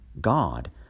God